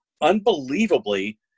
unbelievably